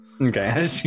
Okay